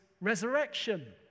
resurrection